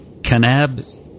Canab